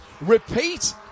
repeat